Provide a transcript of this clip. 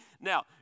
Now